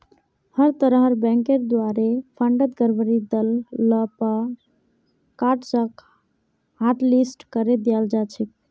हर तरहर बैंकेर द्वारे फंडत गडबडी दख ल पर कार्डसक हाटलिस्ट करे दियाल जा छेक